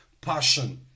passion